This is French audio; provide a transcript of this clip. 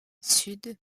sud